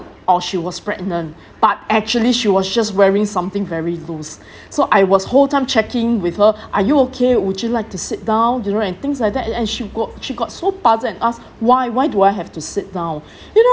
or she was pregnant but actually she was just wearing something very loose so I was whole time checking with her are you okay would you like to sit down you know and things like that and she got she got so puzzled and asked why why do I have to sit down you know